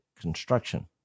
construction